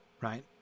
Right